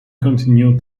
continue